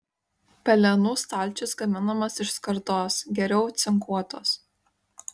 pelenų stalčius gaminamas iš skardos geriau cinkuotos